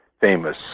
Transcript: famous